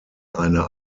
eine